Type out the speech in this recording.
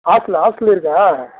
hostel hostel இருக்கா